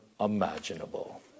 imaginable